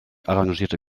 arrangierte